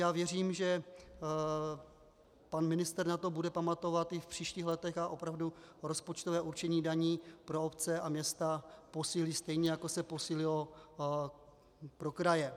Já věřím, že pan ministr na to bude pamatovat i v příštích letech a opravdu rozpočtové určení daní pro obce a města posílí, stejně jako se posílilo pro kraje.